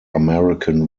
american